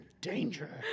Danger